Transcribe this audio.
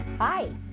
Hi